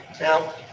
Now